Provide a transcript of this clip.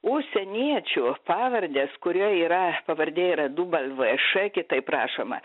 užsieniečių pavardės kurioj yra pavardėj yra dublvė šė kitaip rašoma